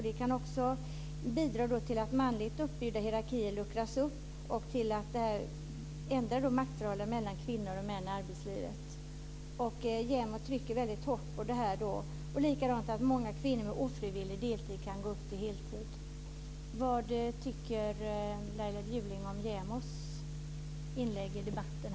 Det bidrar till att manligt uppbyggda hierarkier luckras upp och till att ändra maktförhållanden mellan kvinnor och män i arbetslivet. JämO trycker väldigt hårt på det här. Man menar också att många kvinnor med ofrivillig deltid kan gå upp till heltid. Vad tycker Laila Bjurling om JämO:s inlägg i debatten?